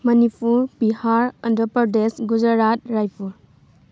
Manipur Bihar Andhra Pradesh Gujarat Raipur